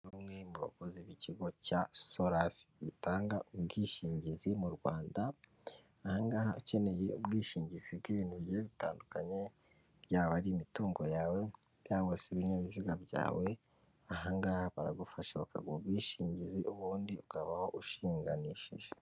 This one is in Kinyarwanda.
Umwe mu bakozi b'ikigo cya solasi gitanga ubwishingizi mu Rwanda, ahangaha ukeneye ubwishingizi bw'ibintu bitandukanye byaba ari imitungo yawe cyangwag se ibinyabiziga byawe, ahangaha baragufasha bakaguha ubwishingizi ubundi ukabaho ushinganishije.